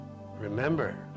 Remember